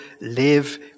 Live